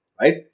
right